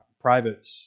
private